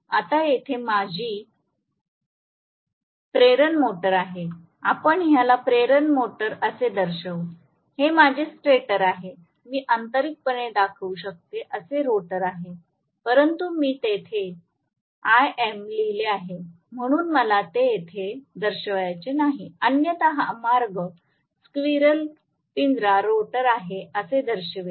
आता येथे माझी प्रेरण मोटर आहे आपण ह्याला प्रेरण मोटर असे दर्शवू हे माझे स्टेटर आहे मी आंतरिकपणे दाखवू शकते असे रोटर आहे परंतु मी तेथे आयएम लिहिले आहे म्हणून मला ते तेथे दर्शवायचे नाही अन्यथा हा मार्ग स्क्विरल पिंजरा रोटर आहे असे दर्शवेल